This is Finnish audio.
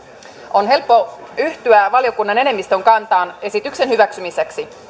on helppo yhtyä valiokunnan enemmistön kantaan esityksen hyväksymiseksi